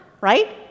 right